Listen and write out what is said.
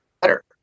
better